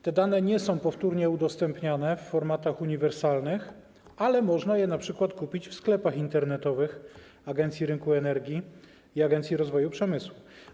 Te dane nie są powtórnie udostępniane w formatach uniwersalnych, ale można je np. kupić w sklepach internetowych Agencji Rynku Energii i Agencji Rozwoju Przemysłu.